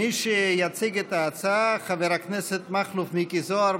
מי שיציג את ההצעה הוא חבר הכנסת מכלוף מיקי זוהר.